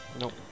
Nope